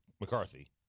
McCarthy